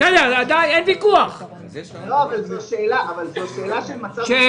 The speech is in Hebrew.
זו שאלה של מצב חוקי.